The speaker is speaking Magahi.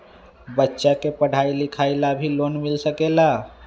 बच्चा के पढ़ाई लिखाई ला भी लोन मिल सकेला?